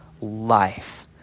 life